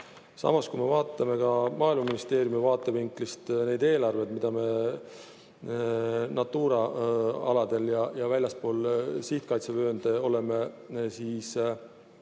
Samas, kui me vaatame Maaeluministeeriumi vaatevinklist neid eelarveid, mida me Natura aladel ja väljaspool sihtkaitsevöönde oleme